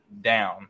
down